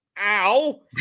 ow